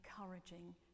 encouraging